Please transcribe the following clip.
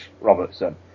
Robertson